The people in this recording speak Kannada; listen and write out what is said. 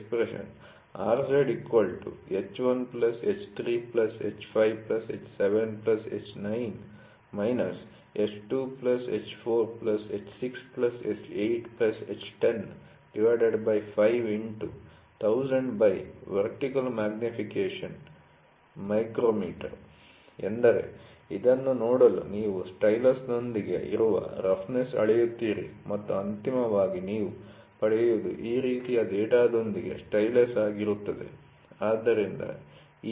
ಎಂದರೆ ಇದನ್ನು ನೋಡಲು ನೀವು ಸ್ಟೈಲಸ್ನೊಂದಿಗೆ ಇರುವ ರಫ್ನೆಸ್ ಅಳೆಯುತ್ತೀರಿ ಮತ್ತು ಅಂತಿಮವಾಗಿ ನೀವು ಪಡೆಯುವುದು ಈ ರೀತಿಯ ಡೇಟಾದೊಂದಿಗೆ ಸ್ಟೈಲಸ್ ಆಗಿರುತ್ತದೆ